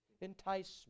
Enticement